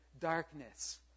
darkness